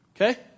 Okay